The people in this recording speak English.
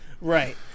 Right